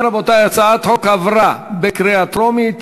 ההצעה להעביר את הצעת חוק זכויות נפגעי עבירה